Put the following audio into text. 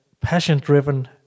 passion-driven